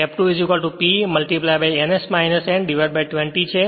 જે F2 P ns n 20 છે